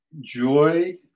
joy